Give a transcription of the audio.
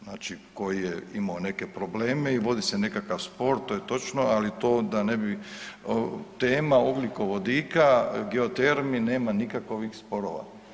Znači koji je imao neke probleme i vodi se nekakav spor, to je točno, ali to da ne bi, tema ugljikovodika, geotermi, nema nikakovih sporova.